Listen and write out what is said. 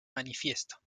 manifiesto